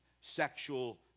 sexual